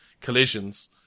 collisions